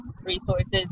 resources